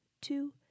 two